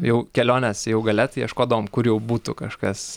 jau kelionės jau gale tai ieškodavom kur jau būtų kažkas